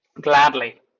gladly